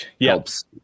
helps